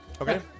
Okay